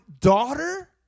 Daughter